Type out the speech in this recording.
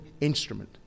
instrument